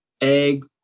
egg